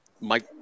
Mike